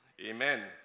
Amen